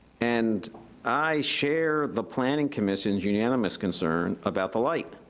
and i share the planning commission's unanimous concerns about the light.